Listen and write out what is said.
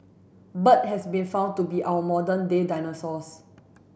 bird has been found to be our modern day dinosaurs